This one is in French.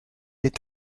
est